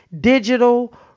Digital